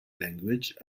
language